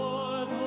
Lord